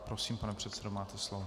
Prosím, pane předsedo, máte slovo.